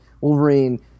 wolverine